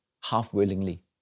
half-willingly